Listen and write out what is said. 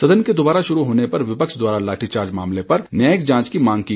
सदन के दोबारा शुरू होने पर विपक्ष द्वारा लाठीचार्ज मामले पर न्यायिक जांच की मांग की